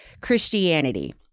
christianity